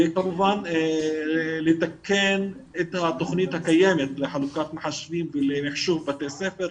וכמובן לתקן את התכנית הקיימת לחלוקת מחשבים ומחשוב בתי ספר,